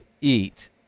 eat